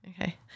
okay